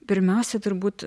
pirmiausia turbūt